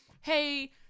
hey